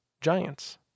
giants